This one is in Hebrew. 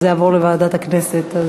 זה יעבור לוועדת הכנסת.